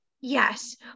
Yes